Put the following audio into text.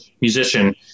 musician